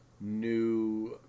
new